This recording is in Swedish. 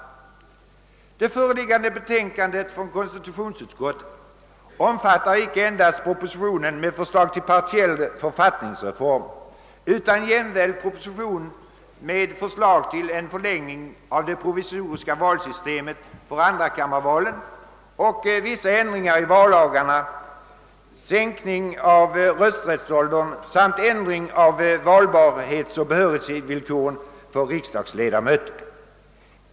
Det föreliggande betänkandet från konstitutionsutskottet behandlar icke endast propositionen med förslag till partiell författningsreform utan även propositionen med förslag till en förlängning av det provisoriska valsystemet för andrakammarvalen samt pro positionen med förslag till vissa ändringar i vallagarna; sänkning av rösträttsåldern samt ändring av valbarhetsoch behörighetsvillkoren för riksdagsledamöter.